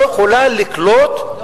לא יכולה לקלוט,